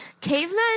Cavemen